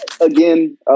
again